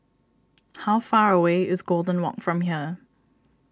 how far away is Golden Walk from here